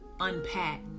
unpack